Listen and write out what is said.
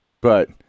But-